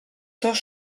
dos